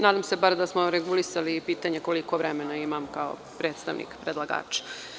Nadam se da smo bar regulisali i pitanje koliko vremena imam kao predstavnik predlagača.